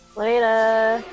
Later